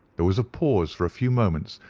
there was a pause for a few moments,